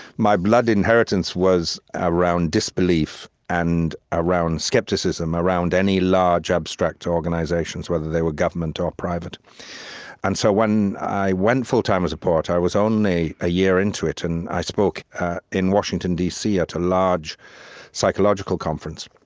my blood inheritance was around disbelief and around skepticism around any large, abstract organizations, whether they were government or private and so when i went i went full-time as a poet, i was only a year into it, and i spoke in washington, d c. at a large psychological conference.